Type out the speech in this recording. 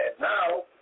now